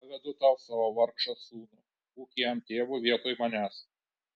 pavedu tau savo vargšą sūnų būk jam tėvu vietoj manęs